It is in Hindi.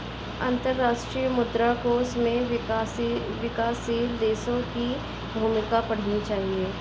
अंतर्राष्ट्रीय मुद्रा कोष में विकासशील देशों की भूमिका पढ़नी चाहिए